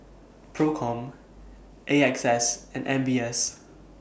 PROCOM A X S and M B S